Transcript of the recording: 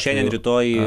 šiandien rytoj